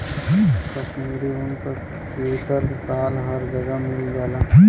कशमीरी ऊन क सीवटर साल हर जगह मिल जाला